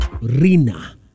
Rina